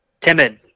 timid